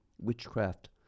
witchcraft